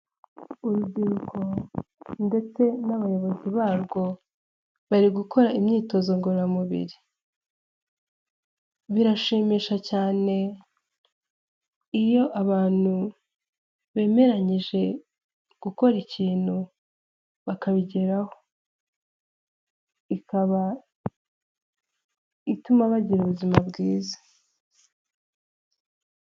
Urubyiruko ndetse n'abayobozi barwo bari gukora imyitozo ngororamubiri. Birashimisha cyane iyo abantu bemeranyije gukora ikintu bakabigeraho, ikaba ituma bagira ubuzima bwiza.